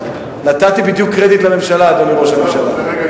נתתי בדיוק קרדיט לממשלה, אדוני ראש הממשלה.